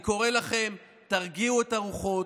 אני קורא לכם: תרגיעו את הרוחות,